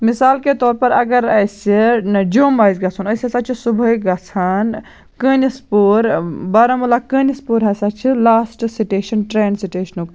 مِثال کے طور پَر اگر اَسہِ جوٚم آسہِ گَژھُن أسۍ ہَسا چھِ صُبحٲے گَژھان کٲنِس پوٗر بارہمولہ کٲنِس پوٗر ہَسا چھِ لاسٹ سٹیشَن ٹرٛین سِٹیشنُک